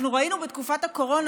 אנחנו ראינו בתקופת הקורונה,